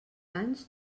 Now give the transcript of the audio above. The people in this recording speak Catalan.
anys